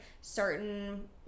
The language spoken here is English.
certain